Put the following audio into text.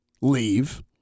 leave